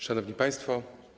Szanowni Państwo!